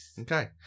Okay